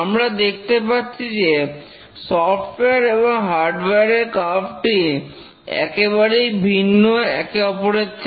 আমরা দেখতে পাচ্ছি যে সফটওয়্যার এবং হার্ডওয়্যার এর কার্ভ টি একেবারেই ভিন্ন একে অপরের থেকে